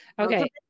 okay